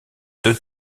deux